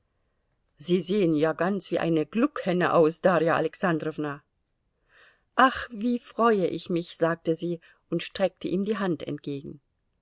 sie sehen ja ganz wie eine gluckhenne aus darja alexandrowna ach wie freue ich mich sagte sie und streckte ihm die hand entgegen